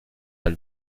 dal